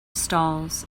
stalls